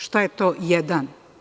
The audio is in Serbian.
Šta je to „Jedan“